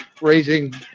raising